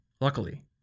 luckily